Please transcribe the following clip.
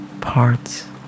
parts